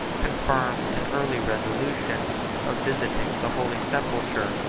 confirmed an early resolution of visiting the holy sepulchre,